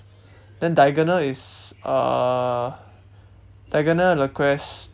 then diagonal is uh diagonal le quest